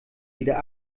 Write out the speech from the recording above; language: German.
wieder